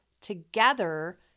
together